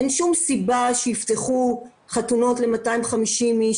אין שום סיבה שיפתחו חתונות ל-250 איש,